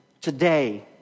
today